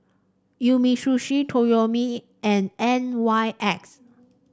Umisushi Toyomi and N Y X